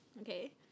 okay